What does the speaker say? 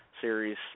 Series